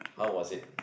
how was it